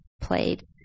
played